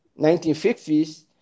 1950s